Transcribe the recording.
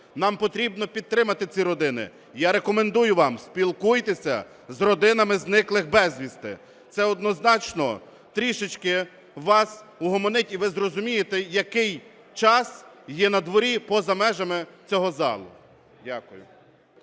Нам потрібно підтримати ці родини. Я рекомендую вам, спілкуйтеся з родинами зниклих безвісти. Це однозначно трішечки вас угомонить і ви зрозумієте, який час є надворі поза межами цього залу. Дякую.